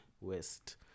West